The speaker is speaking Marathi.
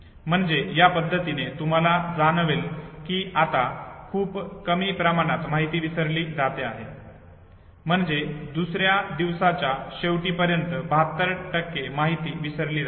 म्हणजे या पद्धतीने तुम्हाला जाणवेल कि आता खूप कमी प्रमाणात माहिती विसरली जाते आहे म्हणजे दुसऱ्या दिवसाच्या शेवतीपर्यंत 72 माहिती विसरली जाते